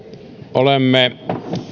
olemme